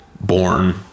born